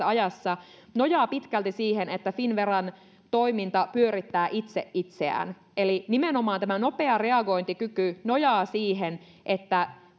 ajassa nojaa pitkälti siihen että finnveran toiminta pyörittää itse itseään eli nimenomaan tämä nopea reagointikyky nojaa siihen että